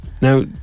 now